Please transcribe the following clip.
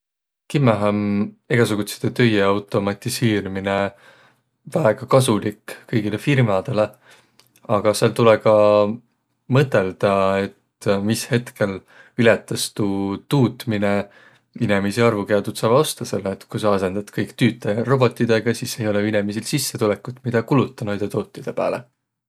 Kimmähe om egäsugutsidõ töie automatisiirmine väega kasulik kõigilõ firmadõlõ, aga sääl tulõ ka mõtõldaq, et mis hetkel ületäs tuu tuutminõ inemiisi arvo, kiä tuud saavaq ostaq, selle et ku sa asõndat kõik tüütäjäq robotiõga, sis ei olõq jo inemiisil sissetulõkut, midä kulutaq naidõ tuutidõ pääle.